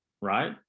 right